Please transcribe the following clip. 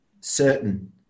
certain